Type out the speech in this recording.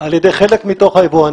על ידי חלק מהיבואנים.